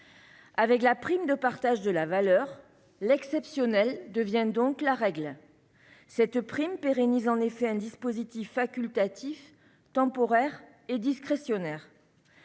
Avec la prime de partage de la valeur, l'exceptionnel devient donc la règle. Cette prime pérennise en effet un dispositif facultatif, temporaire et discrétionnaire.